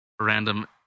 random